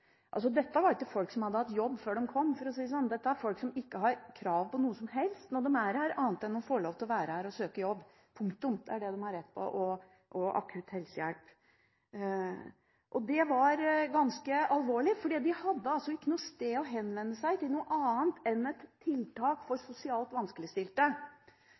Dette var ikke folk som hadde hatt jobb før de kom, for å si det sånn. Dette var folk som ikke har krav på noe som helst når de er her, annet enn at de får lov til å være her for å søke jobb, punktum – det er det de har rett til – og akutt helsehjelp. Det er ganske alvorlig, for de hadde altså ikke noe annet sted å henvende seg enn et tiltak for sosialt vanskeligstilte.